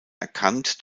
erkannt